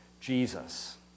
Jesus